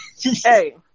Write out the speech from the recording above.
Hey